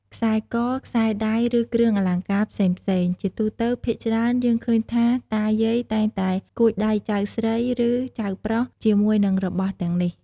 ខ្សែក៏ ខ្សែដៃ ឫ គ្រឿងអលង្ការផ្សេងៗ ជាទូទៅភាគច្រើនយើងឃើញថាតា យាយតែងតែគួចដៃចៅស្រី ឫ ចៅប្រុសជាមួយនឹងរបស់ទាំងនេះ។